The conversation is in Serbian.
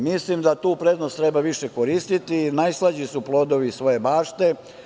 Mislim da tu prednost treba više koristiti, najslađi su plodovi svoje bašte.